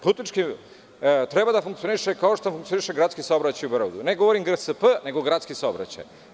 Putnički, treba da funkcioniše kao što funkcioniše gradski saobraćaj u Beogradu, ne govorim o GSP, nego o gradskom saobraćaju.